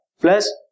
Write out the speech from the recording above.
plus